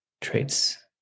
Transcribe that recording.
traits